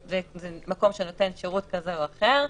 מקום שנותן שירות כזה או אחר,